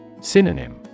Synonym